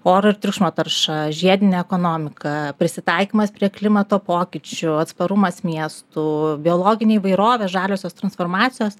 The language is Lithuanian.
oro ir triukšmo tarša žiedinė ekonomika prisitaikymas prie klimato pokyčių atsparumas miestų biologinė įvairovė žaliosios transformacijos